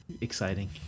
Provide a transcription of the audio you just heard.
exciting